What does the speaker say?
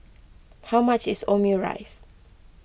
how much is Omurice